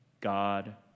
God